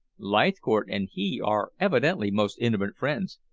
leithcourt and he are evidently most intimate friends.